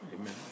Amen